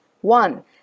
one